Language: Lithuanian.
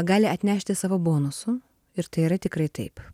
gali atnešti savo bonusų ir tai yra tikrai taip